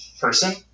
person